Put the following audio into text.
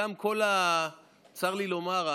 צר לי לומר,